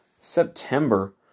September